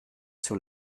sur